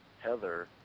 Heather